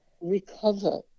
recover